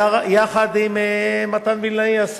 יחד עם השר מתן וילנאי,